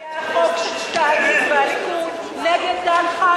זה היה חוק של שטייניץ והליכוד נגד דן חלוץ.